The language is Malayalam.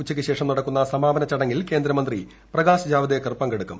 ഉച്ചയ്ക്കുശേഷം നടക്കുന്ന സമാപന ചടങ്ങിൽ കേന്ദ്രമന്ത്രി പ്രകാശ് ജാവ്ദേക്കർ പങ്കെടുക്കും